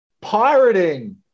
pirating